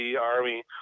Army